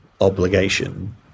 obligation